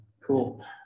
cool